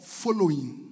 following